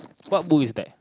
what book is that